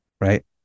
right